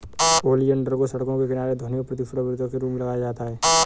oleander को सड़कों के किनारे ध्वनि और प्रदूषण अवरोधक के रूप में लगाया जाता है